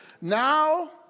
Now